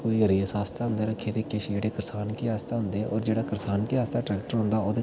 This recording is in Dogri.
कोई रेस आस्तै होंदें न रक्खे दे किश केह्ड़े करसानकी आस्तै होंदे होर जेह्ड़ा करसानकी आस्तै ट्रैक्टर होंदा